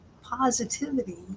positivity